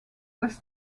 was